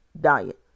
diet